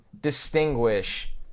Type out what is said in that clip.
distinguish